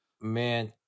Man